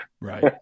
Right